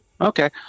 Okay